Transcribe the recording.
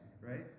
right